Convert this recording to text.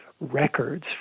records